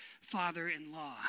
father-in-law